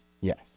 Yes